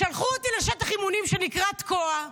שלחו אותי לשטח אימונים שנקרא תקוע.